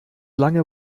lange